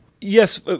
Yes